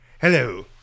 Hello